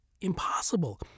impossible